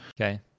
okay